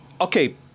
okay